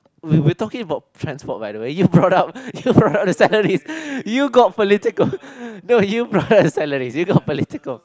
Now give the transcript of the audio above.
we we talking about transport by the way you brought up you brought up the salaries you got political no you brought up the salaries you got political